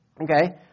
Okay